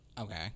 Okay